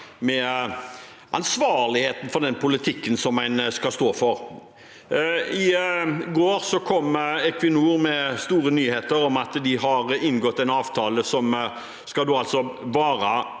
om ansvarligheten for den politikken som en skal stå for. I går kom Equinor med store nyheter om at de har inngått en avtale som skal vare